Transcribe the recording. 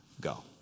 Go